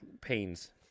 pains